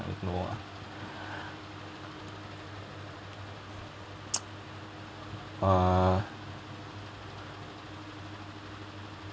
no ah err